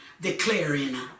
declaring